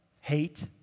hate